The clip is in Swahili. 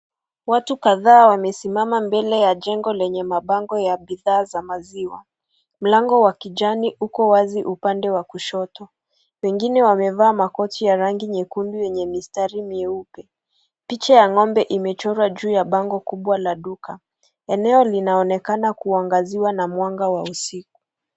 Watu kadhaa wamesimama mbele ya jengo lenye mabango ya bidhaa za maziwa, mlango wa kijani uko wazi upande wa kushoto wengine wamevaa makoti ya rangi nyekundu yenye mistari mieupe picha ya ng'ombe imechorwa juu ya bango kubwa la duka eneo linaonekana kuangaziwa na mwanga wa usiku.